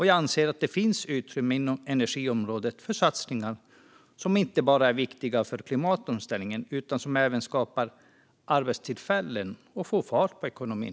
Jag anser att det finns utrymme inom energiområdet för satsningar som inte bara är viktiga för klimatomställningen utan även skapar arbetstillfällen och får fart på ekonomin.